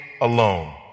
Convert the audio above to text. alone